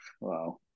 Wow